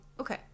Okay